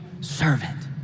servant